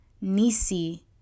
Nisi